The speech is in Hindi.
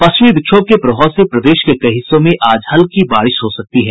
पश्चिमी विक्षोभ के प्रभाव से प्रदेश के कई हिस्सों में आज हल्की बारिश हो सकती है